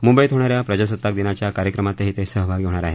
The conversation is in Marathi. मुंबईत होणाऱ्या प्रजासत्ताक दिनाच्या कार्यक्रमातही ते सहभागी होणार आहेत